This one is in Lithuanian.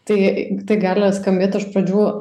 tai gali skambėt iš pradžių